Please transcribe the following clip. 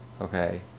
Okay